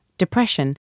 depression